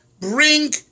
bring